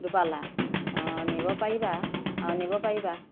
দুপালা অ নিব পাৰিবা অ নিব পাৰিবা